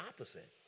opposite